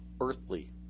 earthly